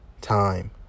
time